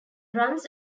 runs